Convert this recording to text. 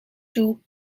toe